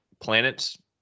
planets